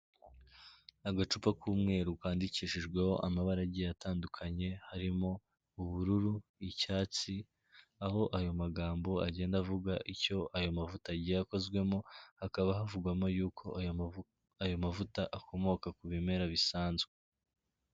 Agacupa k'umweru kandikishijweho amabara agiye atandukanye harimo ubururu, icyatsi, aho ayo magambo agenda avuga icyo ayo mavuta agiye akozwemo, hakaba havugwamo yuko ayo mavuta akomoka ku bimera bisanzwe.